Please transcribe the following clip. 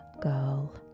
girl